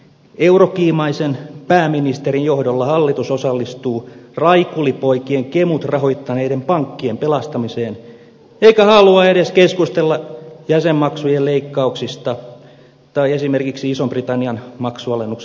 eurokiimaisen pääministerin johdolla hallitus osallistuu raikulipoikien kemut rahoittaneiden pankkien pelastamiseen eikä halua edes keskustella jäsenmaksujen leikkauksista tai esimerkiksi ison britannian maksualennuksen poistosta